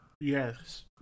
Yes